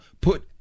put